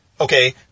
Okay